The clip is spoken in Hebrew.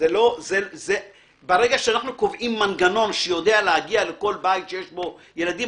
ברגע שאנחנו קובעים מנגנון שיודע להגיע לכל בית שיש בו ילדים,